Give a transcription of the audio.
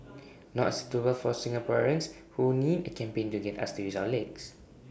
not suitable for Singaporeans who need A campaign to get us to use our legs